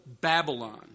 Babylon